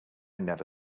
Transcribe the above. never